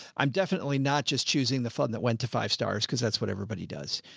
i'm definitely not just choosing the fund that went to five stars because that's what everybody does.